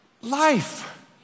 life